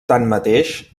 tanmateix